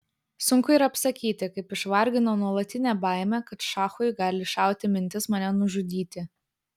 sunku ir apsakyti kaip išvargino nuolatinė baimė kad šachui gali šauti mintis mane nužudyti